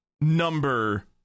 number